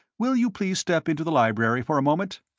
will you please step into the library for a moment?